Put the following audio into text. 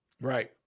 Right